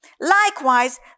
likewise